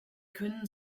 können